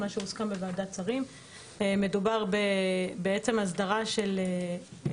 - מה שהוסכם בוועדת שרים - בהסדרת התנהלות